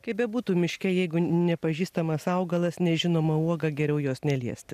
kaip bebūtų miške jeigu nepažįstamas augalas nežinoma uoga geriau jos neliesti